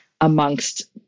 amongst